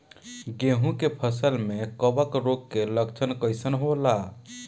गेहूं के फसल में कवक रोग के लक्षण कइसन होला?